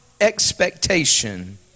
expectation